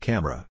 Camera